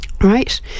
Right